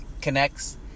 connects